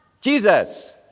Jesus